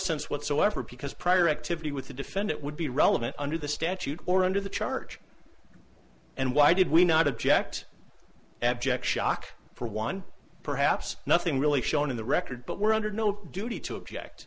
sense whatsoever because prior activity with the defendant would be relevant under the statute or under the charge and why did we not object abject shock for one perhaps nothing really shown in the record but we're under no duty to object